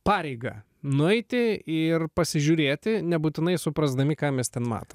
pareigą nueiti ir pasižiūrėti nebūtinai suprasdami ką mes ten matom